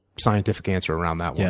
scientific answer around that one.